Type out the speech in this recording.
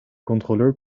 controleur